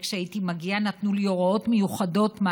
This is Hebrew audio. וכשהייתי מגיעה נתנו לי הוראות מיוחדות מה